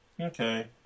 Okay